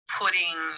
putting